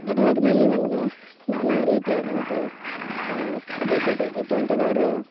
ಗದಗಿನಲ್ಲಿ ನಮ್ಗೆ ನಾನಾ ರೀತಿಯಾದಂತಹ ಇದು ಸಿಕ್ತೈತಿ ತೋಂಟದಾರ್ಯ